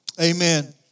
amen